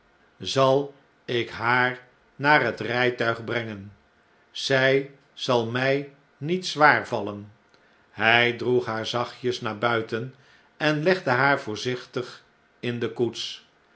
zal ik haar naar het rijtuig brengen zij zal mij niet zwaar vallen hij droeg haar zachtjes naar b uit en en legde haar voorzichtig in de koets